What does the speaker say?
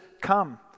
come